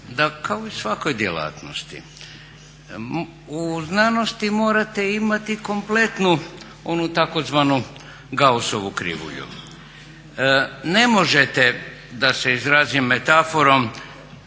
da kao i u svakoj djelatnosti u znanosti morate imati kompletnu onu tzv. Gausovu krivulju. Ne možete da se izrazim metaforom